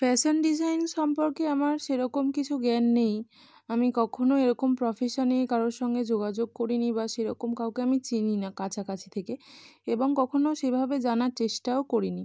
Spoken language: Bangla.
ফ্যাশান ডিজাইন সম্পর্কে আমার সেরকম কিছু জ্ঞান নেই আমি কখনো এরকম প্রফেশানে কারোর সঙ্গে যোগাযোগ করি নি বা সেরকম কাউকে আমি চিনি না কাছাকাছি থেকে এবং কখনো সেভাবে জানার চেষ্টাও করি নি